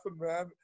man